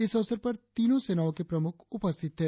इस अवसर पर तीनों सेनाओं के प्रमुख उपस्थित थे